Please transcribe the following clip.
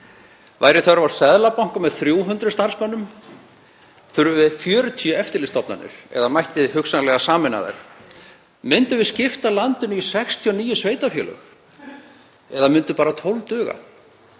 Væri þörf á Seðlabanka með 300 starfsmönnum? Þurfum við 40 eftirlitsstofnanir eða mætti hugsanlega sameina þær? Myndum við skipta landinu í 69 sveitarfélög eða myndu bara 12 duga?